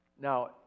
Now